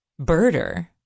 Birder